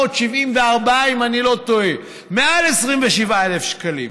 27,474, אם אני לא טועה, מעל 27,000 שקלים,